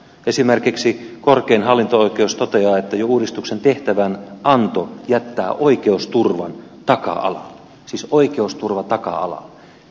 esimerkiksi korkein hallinto oikeus toteaa että jo uudistuksen tehtävänanto jättää oikeusturvan taka alalle siis oikeusturvan taka alalle